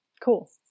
Cool